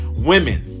women